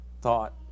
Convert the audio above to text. thought